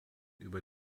über